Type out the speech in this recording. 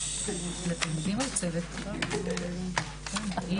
13:12.